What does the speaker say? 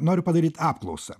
noriu padaryt apklausą